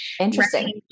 interesting